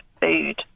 food